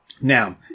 Now